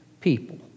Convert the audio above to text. people